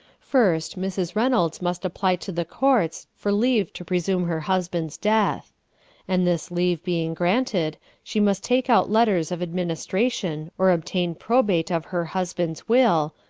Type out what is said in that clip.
first, mrs. reynolds must apply to the courts for leave to presume her husband's death and this leave being granted, she must take out letters of administration or obtain probate of her husband's will,